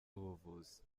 ubuvuzi